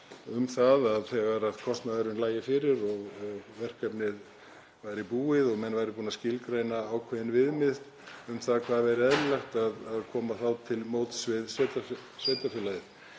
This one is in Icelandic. um það að þegar kostnaðurinn lægi fyrir og verkefnið væri búið og menn væru búnir að skilgreina ákveðin viðmið um það hvað væri eðlilegt, væri komið til móts við sveitarfélagið.